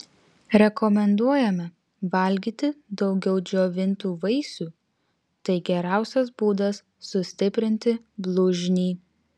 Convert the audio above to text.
rekomenduojame valgyti daugiau džiovintų vaisių tai geriausias būdas sustiprinti blužnį